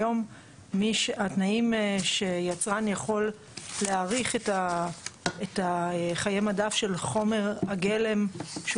היום התנאים שיצרן יכול להאריך את חיי המדף של חומר הגלם שהוא